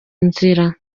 nzira